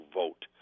vote